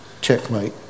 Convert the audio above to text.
checkmate